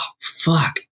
fuck